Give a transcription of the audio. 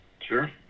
Sure